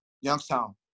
Youngstown